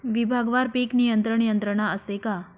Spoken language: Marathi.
विभागवार पीक नियंत्रण यंत्रणा असते का?